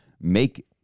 make